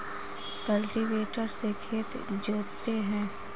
cultivator से खेत जोतते हैं